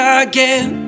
again